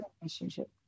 relationship